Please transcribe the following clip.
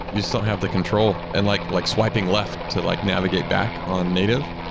you still have the control and like like swiping left to like navigate back on native,